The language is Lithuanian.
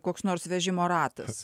koks nors vežimo ratas